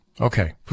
Okay